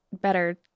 better